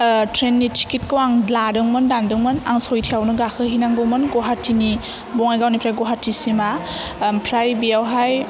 ट्रेननि टिकेटखौ आं लादोंमोन दानदोंमोन आं सयथायावनो गाखोहैनांगौमोन गुवाहाटिनि बङाइगावनिफ्राय गुवाहाटिसिमा ओमफ्राय बेयावहाय